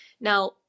Now